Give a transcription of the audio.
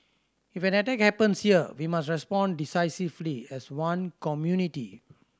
if an attack happens here we must respond decisively as one community